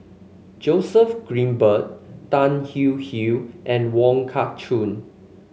Joseph Grimberg Tan Hwee Hwee and Wong Kah Chun